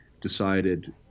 decided